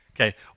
Okay